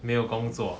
没有工作